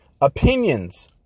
Opinions